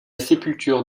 sépulture